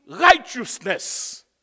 righteousness